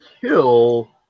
kill